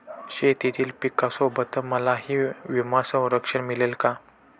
शेतीतील पिकासोबत मलाही विमा संरक्षण मिळेल का?